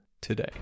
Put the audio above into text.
today